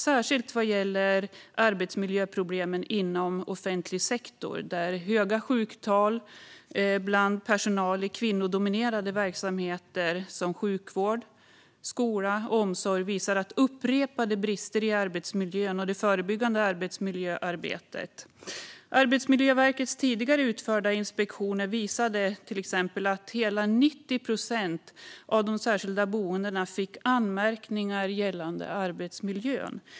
Det gäller särskilt arbetsmiljöproblemen inom offentlig sektor, där höga sjuktal bland personal i kvinnodominerade verksamheter som sjukvård, skola och omsorg visar på stora brister i arbetsmiljön och det förebyggande arbetsmiljöarbetet. Arbetsmiljöverkets tidigare utförda inspektioner visar till exempel att hela 90 procent av de särskilda boendena fick anmärkningar gällande arbetsmiljön.